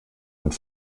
und